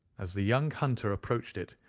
as the young hunter approached it,